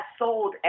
sold